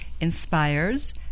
inspires